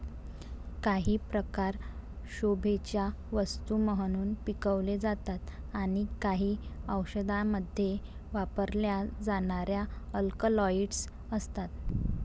काही प्रकार शोभेच्या वस्तू म्हणून पिकवले जातात आणि काही औषधांमध्ये वापरल्या जाणाऱ्या अल्कलॉइड्स असतात